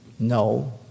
No